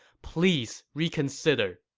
please reconsider!